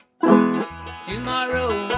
tomorrow